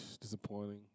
Disappointing